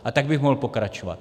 A tak bych mohl pokračovat.